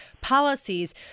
policies